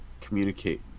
communicate